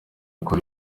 kuri